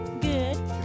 good